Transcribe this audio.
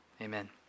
Amen